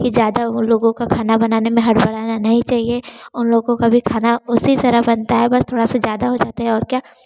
कि ज़्यादा उन लोगों का खाना बनाने में हड़बड़ाना नहीं चाहिए उन लोग को कभी खाना उसी तरह बनता है बस थोड़ा सा ज़्यादा हो जाता है और क्या